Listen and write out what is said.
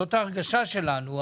זאת ההרגשה שלנו,